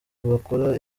bakora